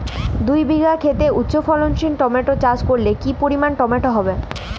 দুই বিঘা খেতে উচ্চফলনশীল টমেটো চাষ করলে কি পরিমাণ টমেটো হবে?